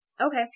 Okay